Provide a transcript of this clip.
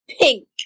pink